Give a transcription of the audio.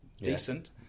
decent